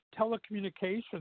telecommunications